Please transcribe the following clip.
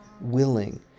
willing